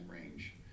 range